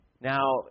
Now